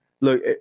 look